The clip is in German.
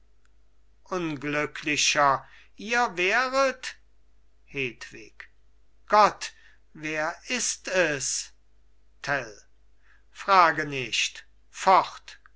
unglücklicher ihr wäret hedwig gott wer ist es tell frage nicht